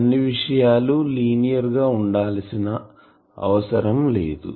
అన్ని విషయాలు లీనియర్ గా వుండాల్సిన అవసరం లేదు